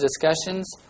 discussions